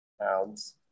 pounds